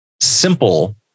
simple